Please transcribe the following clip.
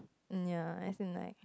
um ya as in like